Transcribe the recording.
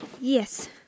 Yes